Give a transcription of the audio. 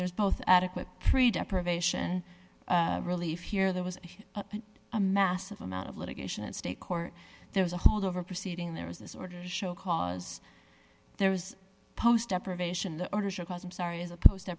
there is both adequate deprivation relief here there was a massive amount of litigation in state court there was a hold over proceeding there was this order to show cause there was a post deprivation the order should cause i'm sorry as opposed to a